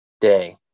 day